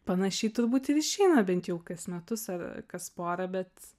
panašiai turbūt ir išeina bent jau kas metus ar kas porą bet